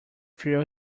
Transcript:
threw